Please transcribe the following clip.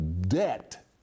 debt